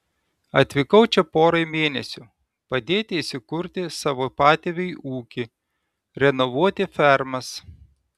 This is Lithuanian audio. atvykau čia porai mėnesių padėti įsikurti savo patėviui ūkį renovuoti fermas